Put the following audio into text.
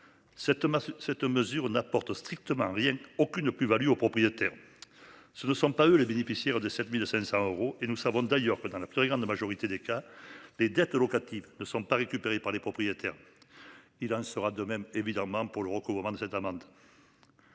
cette mesure n'apporte strictement rien aucune plus Value au propriétaire. Ce ne sont pas eux les bénéficiaires de 7500 euros et nous savons d'ailleurs que dans la plus grande majorité des cas les dettes locatives ne sont pas récupéré par les propriétaires. Il en sera de même évidemment pour le recouvrement de cette amende.